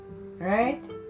right